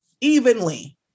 evenly